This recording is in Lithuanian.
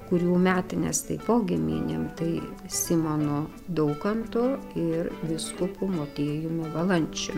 kurių metines taipogi minim tai simonu daukantu ir vyskupu motiejumi valančiumi